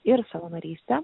ir savanorystė